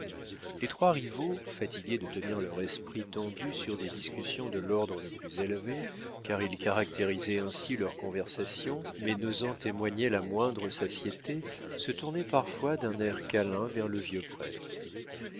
les trois rivaux fatigués de tenir leur esprit tendu sur des discussions de l'ordre le plus élevé car ils caractérisaient ainsi leurs conversations mais n'osant témoigner la moindre satiété se tournaient parfois d'un air câlin vers le vieux prêtre